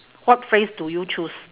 what phrase do you choose